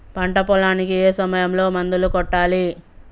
పంట పొలానికి ఏ సమయంలో మందులు కొట్టాలి?